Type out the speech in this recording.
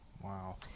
wow